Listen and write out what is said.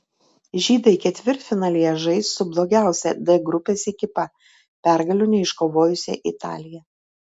žydai ketvirtfinalyje žais su blogiausia d grupės ekipa pergalių neiškovojusia italija